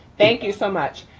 thank you so much.